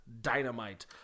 dynamite